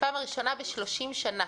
פעם ראשונה ב-30 שנה